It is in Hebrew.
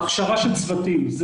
בהכשרה של צוותים.